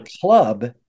club